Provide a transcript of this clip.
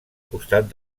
costat